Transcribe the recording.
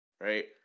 right